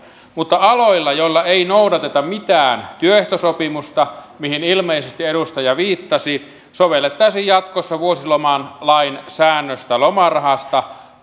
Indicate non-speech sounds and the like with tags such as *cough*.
mutta aloilla joilla ei noudateta mitään työehtosopimusta mihin ilmeisesti edustaja viittasi sovellettaisiin jatkossa vuosilomalain säännöstä lomarahasta *unintelligible*